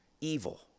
evil